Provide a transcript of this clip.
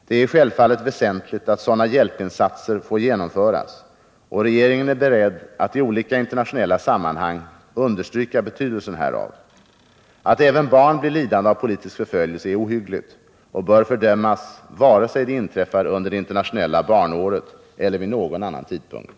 Det är självfallet väsentligt att sådana hjälpinsatser får genomföras och regeringen är beredd att i olika internationella sammanhang understryka betydelsen härav. Att även barn blir lidande av politisk förföljelse är ohyggligt och bör fördömas vare sig det inträffar under det internationella barnåret eller vid någon annan tidpunkt.